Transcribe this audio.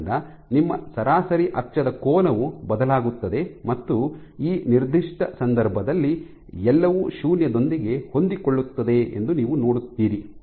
ಆದ್ದರಿಂದ ನಿಮ್ಮ ಸರಾಸರಿ ಅಕ್ಷದ ಕೋನವು ಬದಲಾಗುತ್ತದೆ ಮತ್ತು ಈ ನಿರ್ದಿಷ್ಟ ಸಂದರ್ಭದಲ್ಲಿ ಎಲ್ಲವೂ ಶೂನ್ಯದೊಂದಿಗೆ ಹೊಂದಿಕೊಳ್ಳುತ್ತದೆ ಎಂದು ನೀವು ನೋಡುತ್ತೀರಿ